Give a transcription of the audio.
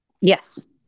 yes